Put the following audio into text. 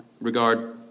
regard